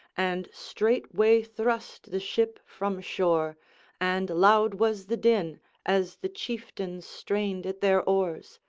and straightway thrust the ship from shore and loud was the din as the chieftains strained at their oars,